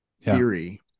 theory